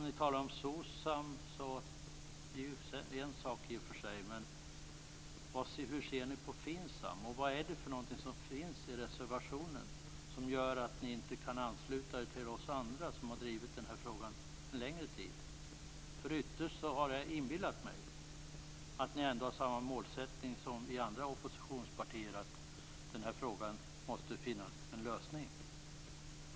Ni talar om SOCSAM, det är ju en sak i och för sig, men hur ser ni på FINSAM, och vad är det för någonting som finns i reservationen som gör att ni inte kan ansluta er till oss andra, som har drivit den här frågan en längre tid? Ytterst har jag inbillat mig att ni ändå har samma målsättning som vi andra oppositionspartier, att den här frågan måste finna en lösning.